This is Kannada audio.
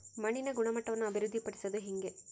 ಮಣ್ಣಿನ ಗುಣಮಟ್ಟವನ್ನು ಅಭಿವೃದ್ಧಿ ಪಡಿಸದು ಹೆಂಗೆ?